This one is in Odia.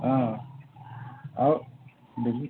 ହଁ ଆଉ ବ